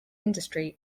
industry